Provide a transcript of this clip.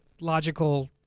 logical